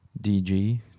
dg